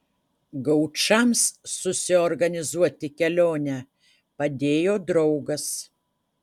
gaučams susiorganizuoti kelionę padėjo draugas